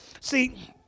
See